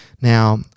Now